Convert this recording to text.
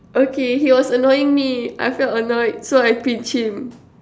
okay he was annoying me I felt annoyed so I pinched him